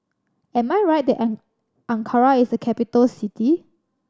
am I right that Ankara is capital city